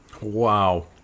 Wow